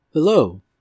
Hello